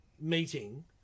meeting